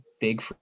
big